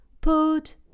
Put